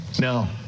No